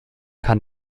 kann